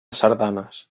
sardanes